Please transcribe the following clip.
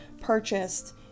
purchased